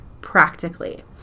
practically